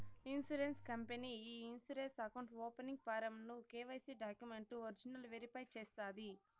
insurance company ఈ insurance account opening form ను KYC డాక్యుమెంట్లు ఒరిజినల్ వెరిఫై చేస్తాది